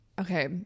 Okay